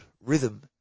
Rhythm